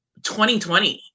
2020